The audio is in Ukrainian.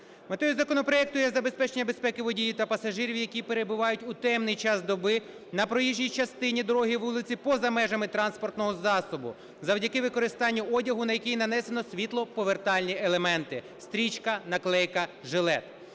Метою законопроекту є забезпечення безпеки водіїв та пасажирів, які перебувають у темний час доби на проїжджій частині дороги, вулиці поза межами транспортного засобу завдяки використання одягу, на який нанесено світлоповертальні елементи: стрічка, наклейка, жилет.